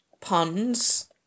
puns